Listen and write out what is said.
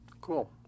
Cool